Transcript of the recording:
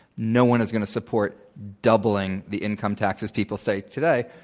no one is going to support doubling the income taxes people say today.